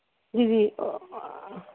ਜੀ ਜੀ